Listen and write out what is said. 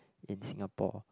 in Singapore